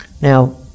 Now